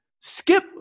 skip